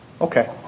Okay